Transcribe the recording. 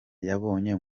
yabonye